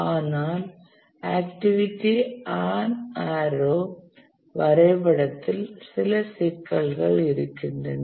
ஆனால் activity on arrow வரைபடத்தில் சில சிக்கல்கள் இருக்கின்றன